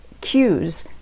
cues